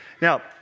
now